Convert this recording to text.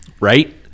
right